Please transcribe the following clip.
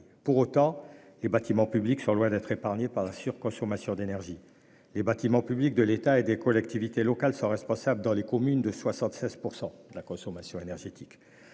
Pour autant, les bâtiments publics sont loin d'être épargnés par la surconsommation d'énergie. Ceux de l'État et des collectivités locales sont responsables de 76 % de la consommation énergétique